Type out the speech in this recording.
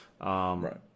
right